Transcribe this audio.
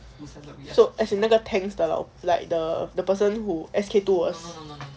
so as in 那个 tanks 的老 like the the person who S_K two us